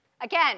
Again